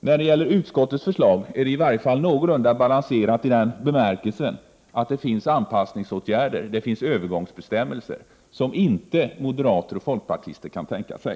När det gäller utskottets förslag kan man säga att det är någorlunda balanserat i den bemärkelsen att det finns anpassningsåtgärder, övergångsbestämmelser, som inte moderater och folkpartister kan tänka sig.